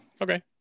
Okay